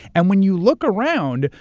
and when you look around,